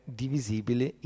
divisibile